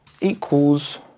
equals